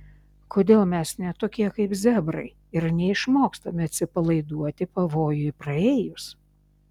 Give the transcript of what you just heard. kodėl mes ne tokie kaip zebrai ir neišmokstame atsipalaiduoti pavojui praėjus